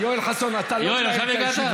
עכשיו הגעת?